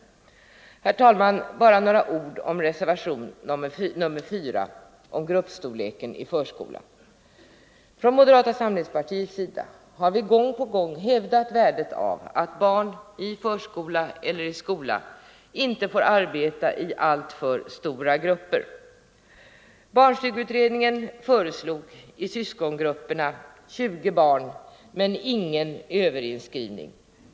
Herr talman! Bara några ord om reservationen 4 om gruppstorlek i daghem. Vi har från moderata samlingspartiet gång på gång hävdat värdet av att barn i förskolan eller i skolan i övrigt inte får arbeta i alltför stora grupper. Barnstugeutredningen föreslog Syskongrupper om 20 barn men ingen överinskrivning.